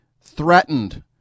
threatened